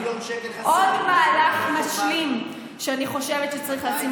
עוד מהלך משלים שאני חושבת שצריך לשים